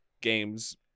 Games